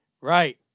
Right